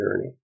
journey